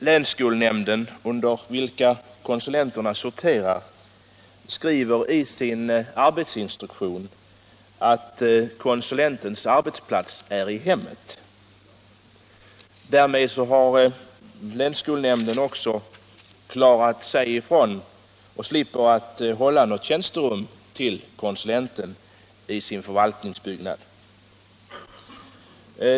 Länsskolnämnden, under vilken konsulenterna sorterar, skriver i sin arbetsinstruktion att konsulentens arbetsplats är i hemmet. Därmed har länsskolnämnden också klarat sig ifrån att i sin förvaltningsbyggnad hålla något tjänsterum för konsulenten.